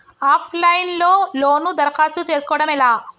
Of line లో loan దరఖాస్తు చేసుకోవడం ఎలా?